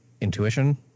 intuition